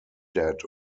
dead